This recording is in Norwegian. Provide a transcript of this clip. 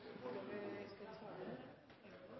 Jeg skal